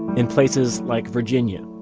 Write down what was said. in places like virginia,